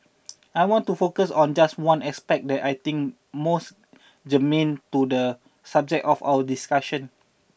I want to focus on just one aspect that I think most germane to the subject of our discussion